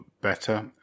better